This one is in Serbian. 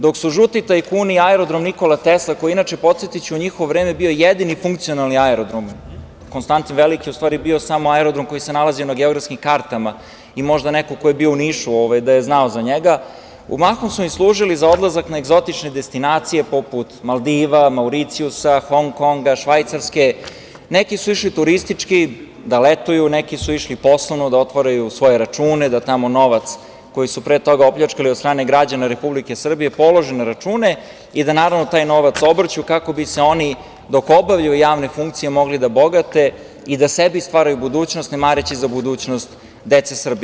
Dok su žuti tajkuni Aerodrom „Nikola Tesla“, koji je inače, podsetiću, u njihovo vreme bio jedini funkcionalni aerodrom, „Konstantin Veliki“ je u stvari samo bio aerodrom koji se nalazio na geografskim kartama i možda neko ko je bio u Nišu da je znao za njega, mahom su im služili za odlazak na egzotične destinacije poput Maldiva, Mauricijusa, Hong Konga, Švajcarske, neki su išli turistički da letuju, neki su ušli poslovno da otvaraju svoje račune, da tamo novac koji su pre toga opljačkali od strane građana Republike Srbije polože na račune i da naravno taj novac obrću kako bi se oni dok obavljaju javne funkcije mogli da bogate i da sebi stvaraju budućnost ne mareći za budućnost dece Srbije.